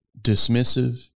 dismissive